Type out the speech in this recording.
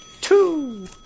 Two